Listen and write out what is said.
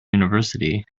university